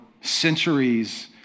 centuries